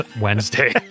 Wednesday